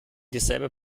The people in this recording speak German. dieselbe